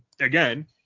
again